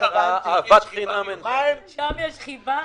אהבת חינם --- שם יש חיבה.